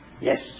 Yes